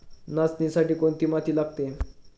नाचणीसाठी कोणती माती लागते?